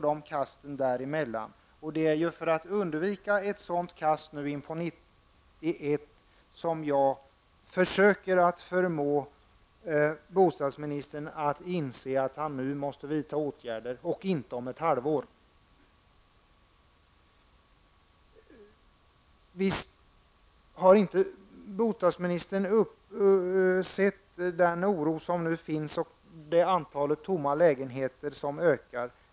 Det är ju för att vi skall undvika ett sådant kast 1991 som jag försöker förmå bostadsministern att inse att han måste vidta åtgärder nu -- och inte om ett halvår. Har inte bostadsministern sett den oro som nu finns, och ökningen av antalet tomma lägenheter?